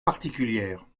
particulière